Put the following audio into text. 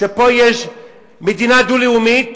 שפה יש מדינה דו-לאומית,